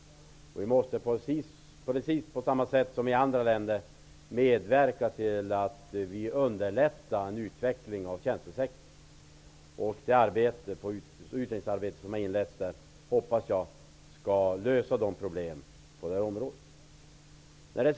Precis som i andra länder, måste vi i Sverige medverka till att underlätta en utveckling av tjänstesektorn. Det utredningsarbete som inletts hoppas jag skall lösa problemen på detta område.